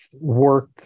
work